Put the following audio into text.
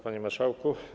Panie Marszałku!